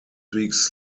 weeks